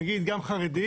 נגיד גם חרדים,